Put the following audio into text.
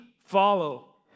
follow